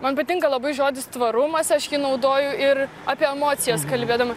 man patinka labai žodis tvarumas aš jį naudoju ir apie emocijas kalbėdama